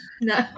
No